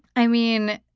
i mean,